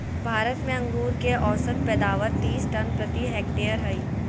भारत में अंगूर के औसत पैदावार तीस टन प्रति हेक्टेयर हइ